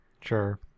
Sure